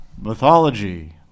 mythology